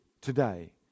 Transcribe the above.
today